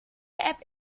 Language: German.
app